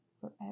forever